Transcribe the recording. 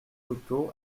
coteau